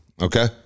Okay